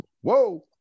Whoa